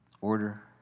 order